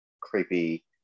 creepy